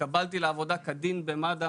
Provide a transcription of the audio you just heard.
התקבלתי לעבודה כדין במד"א,